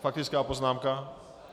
Faktická poznámka?